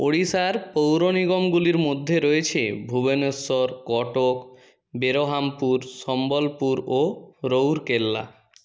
ওড়িশার পৌরনিগমগুলির মধ্যে রয়েছে ভুবনেশ্বর কটক বেরহামপুর সম্বলপুর ও রৌরকেল্লা